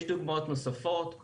יש דוגמאות נוספות,